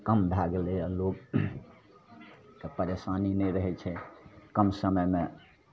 कम भै गेलैए लोकके परेशानी नहि रहै छै कम समयमे